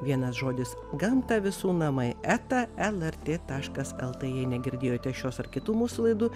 vienas žodis gamta visų namai eta lrt taškas lt jei negirdėjote šios ar kitų mūsų laidų